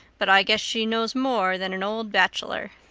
but i guess she knows more than an old bachelor.